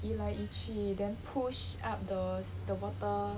移来移去 then push up the the water